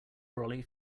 brolly